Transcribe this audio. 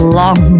long